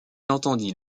entendit